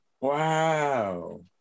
Wow